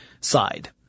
side